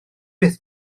beth